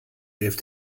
elf